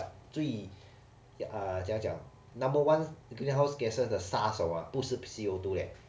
ya 最 ah 怎样讲 number one greenhouse gases 的杀手不是 C_O two leh